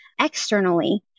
externally